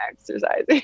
exercising